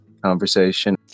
conversation